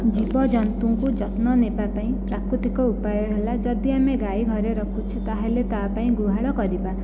ଜୀବ ଜନ୍ତୁଙ୍କୁ ଯତ୍ନ ନେବା ପାଇଁ ପ୍ରାକୃତିକ ଉପାୟ ହେଲା ଯଦି ଆମେ ଗାଈ ଘରେ ରଖୁଛୁ ତା'ହେଲେ ତା' ପାଇଁ ଗୁହାଳ କରିବା